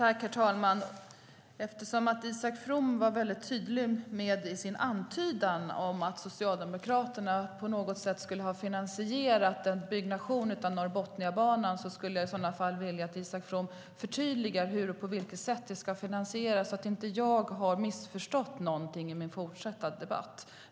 Herr talman! Eftersom Isak From antydde att Socialdemokraterna på något sätt skulle ha finansierat en byggnation av Norrbotniabanan skulle jag vilja att Isak From förtydligar hur detta ska finansieras, så att jag inte har missförstått någonting inför min fortsatta debatt.